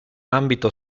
ambito